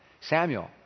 Samuel